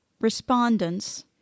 respondents